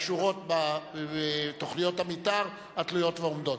הקשורות בתוכניות המיתאר התלויות ועומדות.